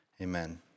Amen